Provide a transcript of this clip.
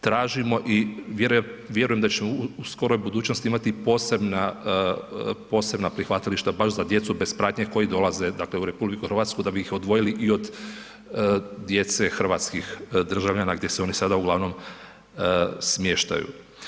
Tražimo i vjerujem da ćemo u skoroj budućnosti ima posebna prihvatilišta baš za djecu bez pratnje koji dolaze u RH da bih ih odvojili od djece hrvatskih državljana gdje se oni sada uglavnom smještaju.